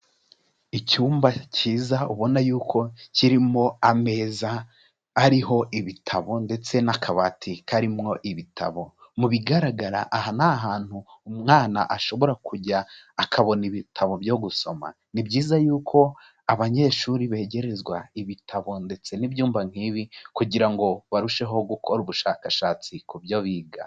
Icyumba cyiza ubona y'uko kirimo ameza ariho ibitabo ndetse n'akabati karimo ibitabo, mu bigaragara aha ni ahantu umwana ashobora kujya akabona ibitabo byo gusoma, ni byiza y'uko abanyeshuri begerezwa ibitabo ndetse n'ibyumba nk'ibi kugira ngo barusheho gukora ubushakashatsi ku byo biga.